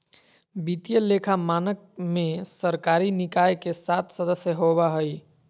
वित्तीय लेखा मानक में सरकारी निकाय के सात सदस्य होबा हइ